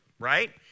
Right